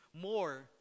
more